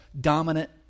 dominant